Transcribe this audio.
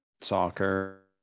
soccer